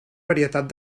varietat